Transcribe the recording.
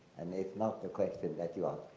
and it's not the question that you um